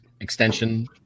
extension